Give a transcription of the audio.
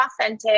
authentic